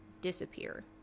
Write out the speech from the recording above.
disappear